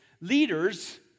leaders